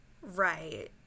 Right